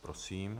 Prosím.